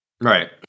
Right